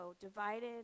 divided